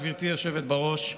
גברתי היושבת בראש,